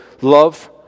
love